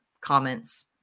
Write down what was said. comments